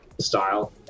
style